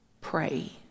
pray